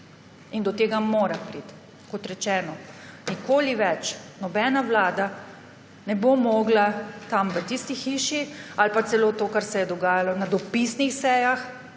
Do tega mora priti. Kot rečeno, nikoli več nobena vlada ne bo mogla tam, v tisti hiši – ali pa celo to, kar se je dogajalo na dopisnih sejah,